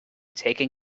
taken